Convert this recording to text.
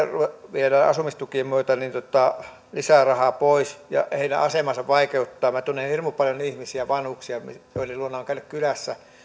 viedään asumistukien myötä lisää rahaa pois ja heidän asemaansa vaikeutetaan minä tunnen hirmu paljon ihmisiä vanhuksia joiden luona olen käynyt kylässä ja